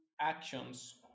actions